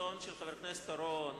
הרצון של חבר הכנסת אורון